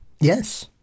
Yes